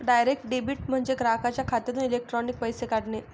direct debit म्हणजे ग्राहकाच्या खात्यातून इलेक्ट्रॉनिक पैसे काढणे